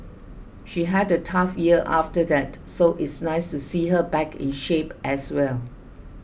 she had a tough year after that so it's nice to see her back in shape as well